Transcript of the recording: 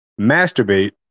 masturbate